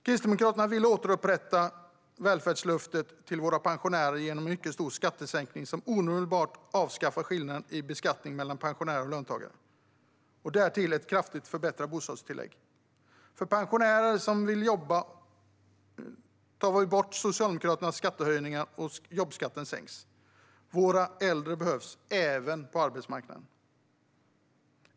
Kristdemokraterna vill återupprätta välfärdslöftet till våra pensionärer genom en mycket stor skattesänkning som omedelbart avskaffar skillnaden i beskattning mellan pensionärer och löntagare och därtill ett kraftigt förbättrat bostadstillägg. För seniorer som vill jobba tar vi bort Socialdemokraternas skattehöjningar och sänker jobbskatten. Våra äldre behövs även på arbetsmarknaden.